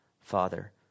father